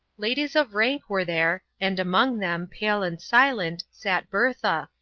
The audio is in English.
ladies of rank were there, and among them, pale and silent, sat bertha,